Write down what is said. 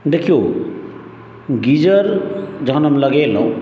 देखियौ गीजर जहन हम लगेलहुॅं